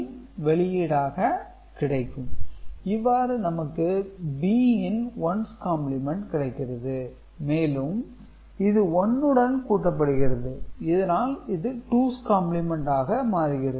output A A B இவ்வாறு நமக்கு Bன் ஒன்ஸ் காம்ப்ளிமென்ட் கிடைக்கிறது மேலும் இது 1 உடன் கூட்டப்படுகிறது இதனால் இது டூஸ் காம்பிளிமெண்ட் ஆக மாறுகிறது